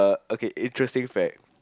okay interesting fact